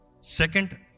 second